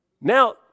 Now